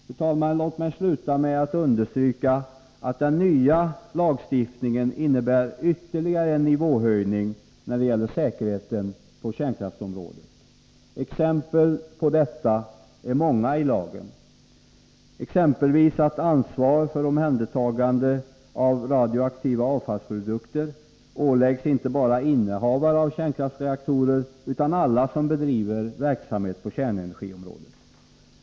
Fru talman! Låt mig sluta med att understryka att den nya lagstiftningen innebär ytterligare en nivåhöjning när det gäller säkerheten på kärnkraftsområdet. Exemplen på detta är många i lagen. Ansvar för omhändertagande av radioaktiva avfallsprodukter åläggs sålunda inte bara innehavare av kärnkraftsreaktorer utan alla som bedriver verksamhet på kärnenergiområdet.